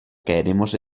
caeremos